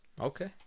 Okay